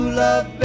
love